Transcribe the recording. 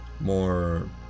more